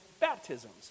baptisms